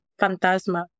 fantasma